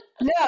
No